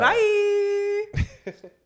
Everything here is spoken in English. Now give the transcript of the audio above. Bye